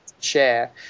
Share